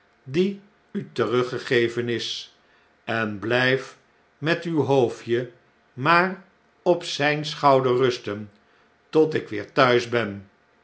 die u teruggegeven is en bljjf met uw hoofdje maar op zijn schouder rusten tot ik weer thuis ben